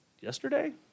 yesterday